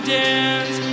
dance